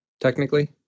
Technically